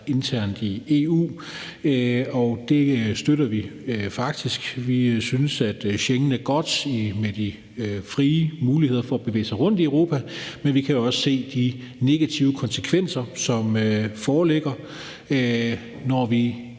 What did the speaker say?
internt i EU, og det støtter vi faktisk. Vi synes, at Schengen er godt med de frie muligheder for at bevæge sig rundt i Europa, men vi kan også se de negative konsekvenser, som foreligger, når vi